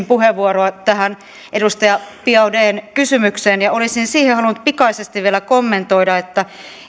puheenvuoroa tähän edustaja biaudetn kysymykseen ja olisin siihen halunnut pikaisesti vielä kommentoida että